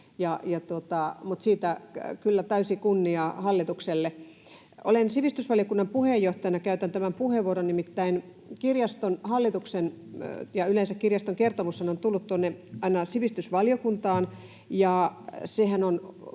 siitä kyllä täysi kunnia hallitukselle. Sivistysvaliokunnan puheenjohtajana käytän tämän puheenvuoron: nimittäin kirjaston hallituksen ja yleensä kirjaston kertomushan on tullut aina tuonne sivistysvaliokuntaan,